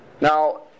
now